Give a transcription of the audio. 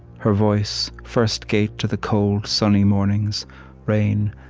her voice, first gate to the cold sunny mornings rain,